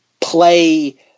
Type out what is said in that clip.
play